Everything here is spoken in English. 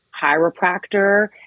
chiropractor